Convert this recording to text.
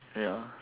ya